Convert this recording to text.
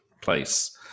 place